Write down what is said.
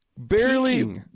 Barely